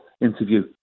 interview